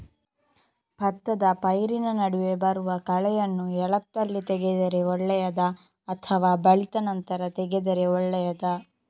ಭತ್ತದ ಪೈರಿನ ನಡುವೆ ಬರುವ ಕಳೆಯನ್ನು ಎಳತ್ತಲ್ಲಿ ತೆಗೆದರೆ ಒಳ್ಳೆಯದಾ ಅಥವಾ ಬಲಿತ ನಂತರ ತೆಗೆದರೆ ಒಳ್ಳೆಯದಾ?